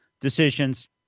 decisions